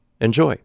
Enjoy